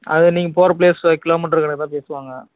அது நீங்கள் போகிற பிளேஸு கிலோமீட்டரு கணக்கு தான் பேசுவாங்க